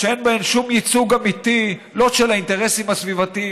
שום ייצוג אמיתי לא של האינטרסים הסביבתיים,